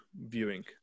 viewing